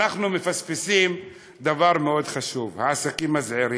אנחנו מפספסים דבר מאוד חשוב: העסקים הזעירים,